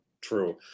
True